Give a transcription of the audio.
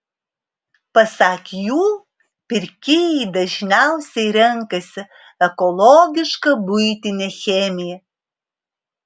pasak jų pirkėjai dažniausiai renkasi ekologišką buitinę chemiją